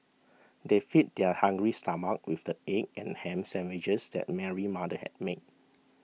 they fed their hungry stomachs with the egg and ham sandwiches that Mary's mother had made